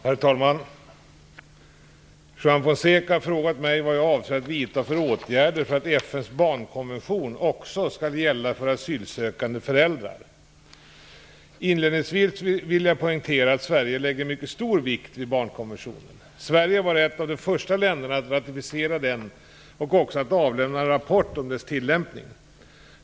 Herr talman! Juan Fonseca har frågat mig vad jag avser att vidta för åtgärder för att FN:s barnkonvention också skall gälla för asylsökande föräldrar. Inledningsvis vill jag poängtera att Sverige lägger mycket stor vikt vid barnkonventionen. Sverige var ett av de första länderna att ratificera den och också att avlämna en rapport om dess tillämpning.